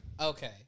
Okay